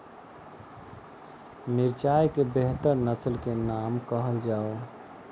मिर्चाई केँ बेहतर नस्ल केँ नाम कहल जाउ?